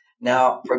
Now